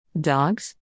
Dogs